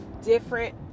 different